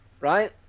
right